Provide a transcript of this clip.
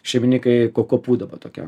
šeimininkai kokupu dabar tokia